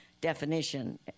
definition